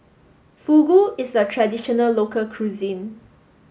Fugu is a traditional local cuisine